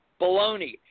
baloney